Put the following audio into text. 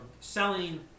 selling